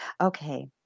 Okay